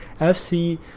FC